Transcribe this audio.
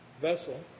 vessel